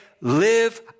live